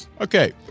Okay